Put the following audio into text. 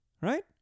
right